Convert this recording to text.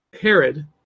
Herod